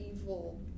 evil